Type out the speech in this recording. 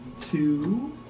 two